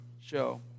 show